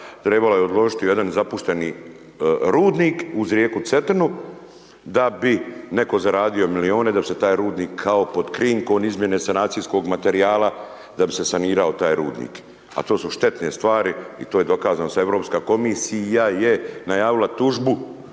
trebala je odložit u jedan zapušteni rudnik uz rijeku Cetinu da bi neko zaradio milione, da bi se taj rudnik kao pod krinkom izmjene sanacijskog materijala, da bi se sanirao taj rudnik, a to su štetne stvari i to je dokazano sa Europska komisija je najavila tužbu